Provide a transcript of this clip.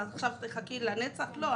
עכשיו תחכי לנצח?" לא,